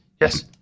Yes